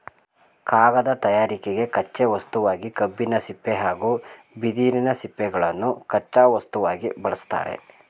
ಕಾಗದ ತಯಾರಿಕೆಗೆ ಕಚ್ಚೆ ವಸ್ತುವಾಗಿ ಕಬ್ಬಿನ ಸಿಪ್ಪೆ ಹಾಗೂ ಬಿದಿರಿನ ಸಿಪ್ಪೆಗಳನ್ನು ಕಚ್ಚಾ ವಸ್ತುವಾಗಿ ಬಳ್ಸತ್ತರೆ